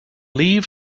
leave